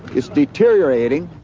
it's deteriorating.